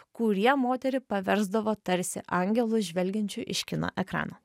kurie moterį paversdavo tarsi angelu žvelgiančiu iš kino ekrano